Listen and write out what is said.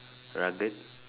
rugged